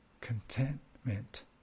contentment